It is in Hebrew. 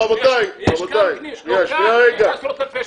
זה לא נכון.